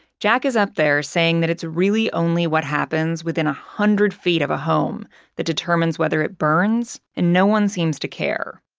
jack is up there, saying that it's really only what happens within a hundred feet of a home that determines whether it burns, and no one seems to care.